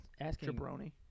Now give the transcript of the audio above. asking